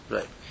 Right